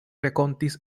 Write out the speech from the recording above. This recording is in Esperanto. renkontis